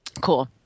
Cool